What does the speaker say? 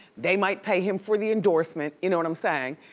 they might pay him for the endorsement, you know what i'm saying?